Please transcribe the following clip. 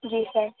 जी sir